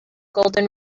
golden